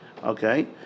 Okay